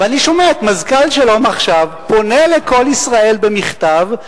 ואני שומע את מזכ"ל "שלום עכשיו" פונה ל"קול ישראל" במכתב,